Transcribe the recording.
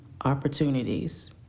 opportunities